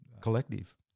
collective